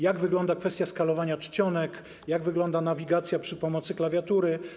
Jak wygląda kwestia skalowania czcionek, jak wygląda nawigacja za pomocą klawiatury?